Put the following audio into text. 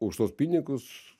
už tuos pinigus